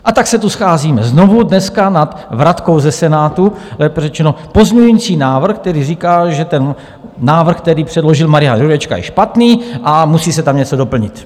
A tak se tu scházíme znovu dneska nad vratkou ze Senátu, lépe řečeno pozměňovací návrh, který říkal, že ten návrh, který předložil Marian Jurečka, je špatný a musí se tam něco doplnit.